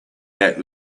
that